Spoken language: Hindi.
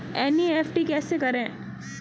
एन.ई.एफ.टी कैसे करें?